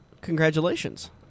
Congratulations